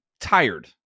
tired